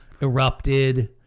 erupted